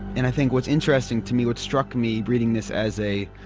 and i think what's interesting to me, what struck me reading this as a,